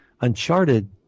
Uncharted